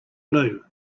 blue